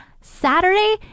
Saturday